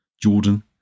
Jordan